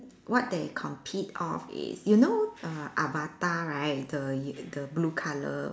what they compete of is you know err avatar right the you the blue colour